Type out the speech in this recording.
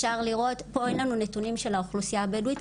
פה אין לנו נתונים של האוכלוסייה הבדואית,